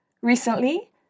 Recently